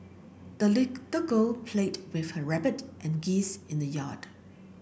the little girl played with her rabbit and geese in the yard